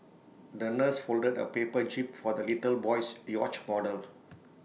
the nurse folded A paper jib for the little boy's yacht model